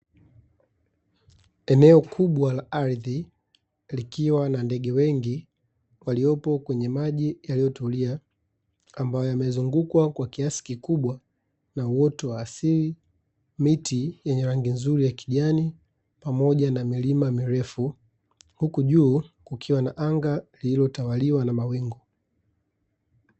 Eneo kubwa la ardhi likiwa na ndege wengi waliopo kwenye maji yaliyotulia, ambayo yamezunguka kwa kiasi kikubwa na uoto wa asili, miti yenye rangi nzuri ya kijani, pamoja na milima mirefu; huku juu kukiwa na anga lililotawaliwa na mawingu.